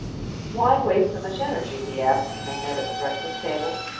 why waste so much energy? he asked, when they met at the breakfast-table.